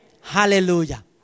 Hallelujah